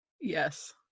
Yes